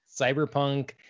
cyberpunk